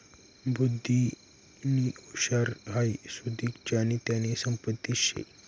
बुध्दीनी हुशारी हाई सुदीक ज्यानी त्यानी संपत्तीच शे